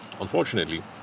Unfortunately